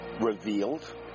revealed